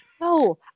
No